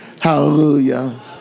Hallelujah